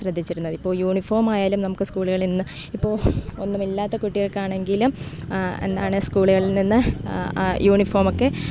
ശ്രദ്ധിച്ചിരുന്നത് ഇപ്പോൾ യൂണിഫോം ആയാലും നമുക്ക് സ്കൂളുകളിൽ നിന്ന് ഇപ്പോൾ ഒന്നുമില്ലാത്ത കുട്ടികൾക്ക് ആണെങ്കിലും എന്താണ് സ്കൂളുകളിൽ നിന്ന് യൂണിഫോമൊക്കെ